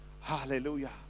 Hallelujah